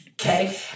okay